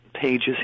pages